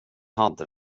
hade